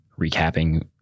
recapping